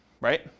Right